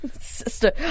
Sister